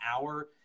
hour